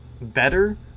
better